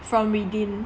from within